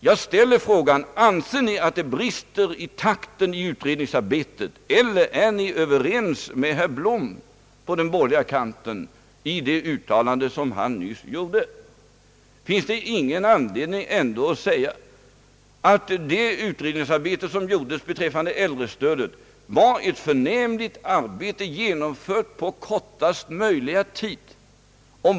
Jag ställer frågan: Anser ni att det brister i utredningsarbetet? Eller är vi överens med herr Blom på den borgerliga kanten i det uttalandet som han nyss gjorde? Finns det ändå inte anledning att säga, att det utredningsarbete som gjordes beträffande äldrestödet var ett förnämligt arbete, genomfört på kortast möjliga tid.